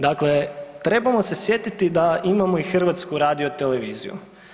Dakle, trebamo se sjediti da imamo i Hrvatsku radioteleviziju.